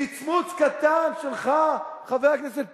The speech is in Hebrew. מצמוץ קטן שלך, חבר הכנסת פיניאן,